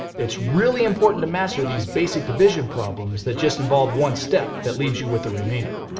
it's really important to master these basic division problems that just involve one step that leaves you with a remainder.